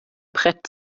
brett